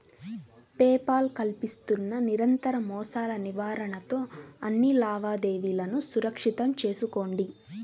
pay Paul కల్పిస్తున్న నిరంతర మోసాల నివారణతో అన్ని లావాదేవీలను సురక్షితం చేసుకోండి